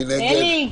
תודה.